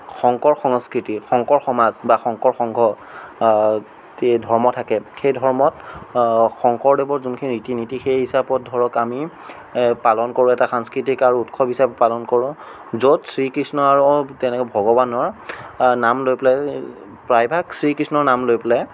শংকৰ সংস্কৃতিৰ শংকৰ সমাজ বা শংকৰ সংঘ ধৰ্ম থাকে সেই ধৰ্মত শংকৰদেৱৰ যোনখিনি ৰীতি নীতি সেই হিচাপত ধৰক আমি পালন কৰোঁ এটা সাংস্কৃতিক আৰু উৎসৱ হিচাপে পালন কৰোঁ য'ত শ্ৰীকৃষ্ণৰো তেনেকৈ ভগৱানৰ নাম লৈ পেলাই প্ৰায়ভাগ শ্ৰীকৃষ্ণৰ নাম লৈ পেলাই